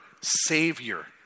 Savior